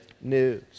news